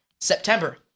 September